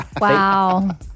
Wow